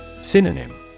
Synonym